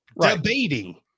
Debating